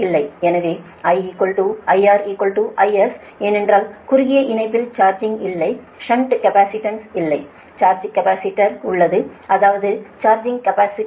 எனவே I IR IS ஏனென்றால் குறுகிய இணைப்பில் சார்ஜிங் இல்லை ஷன்ட் கேப்பாசிட்டன்ஸ் இல்லை சார்ஜிங் கேபஸிடர்ஸ் உள்ளது அதாவது சார்ஜிங் கேப்பாசிட்டன்ஸ்